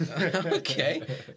Okay